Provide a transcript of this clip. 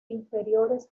inferiores